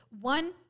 one